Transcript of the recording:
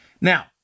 Now